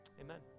Amen